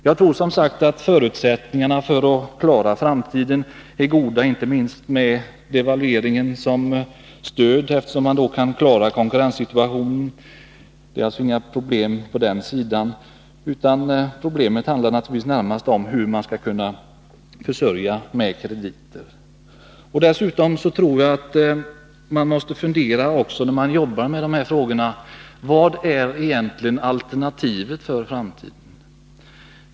Jag tror att förutsättningarna för att klara framtiden är goda, inte minst med devalveringen som stöd, eftersom man då kan klara konkurrenssituationen. Det är alltså inga problem på den sidan, utan problemen handlar närmast om försörjningen med krediter. Dessutom tror jag att man när man jobbar med de här frågorna måste fundera över vad som egentligen är alternativet för framtiden.